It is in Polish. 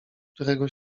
którego